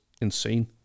insane